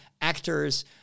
actors